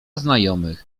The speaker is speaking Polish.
znajomych